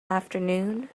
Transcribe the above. afternoon